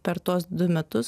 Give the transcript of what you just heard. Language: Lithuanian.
per tuos du metus